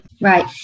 Right